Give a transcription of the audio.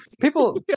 People